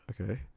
Okay